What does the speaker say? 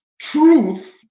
truth